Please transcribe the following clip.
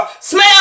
smell